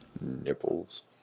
Nipples